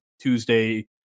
Tuesday